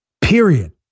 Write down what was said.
period